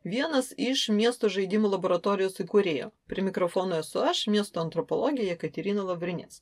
vienas iš miesto žaidimų laboratorijos įkūrėjo prie mikrofono esu aš miesto antropologė jekaterina lavrinec